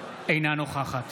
אינה נוכחת